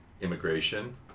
immigration